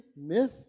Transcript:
myth